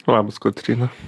labas kotryna